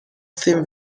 theme